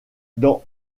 dans